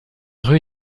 rue